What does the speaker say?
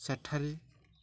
ସେଠାରେ